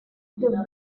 the